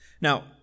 now